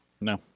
No